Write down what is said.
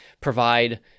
provide